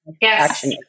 Yes